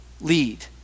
lead